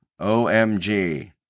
OMG